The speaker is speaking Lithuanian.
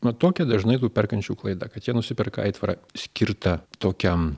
na tokia dažnai perkančių klaida kad jie nusiperka aitvarą skirtą tokiam